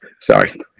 sorry